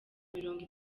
mirongo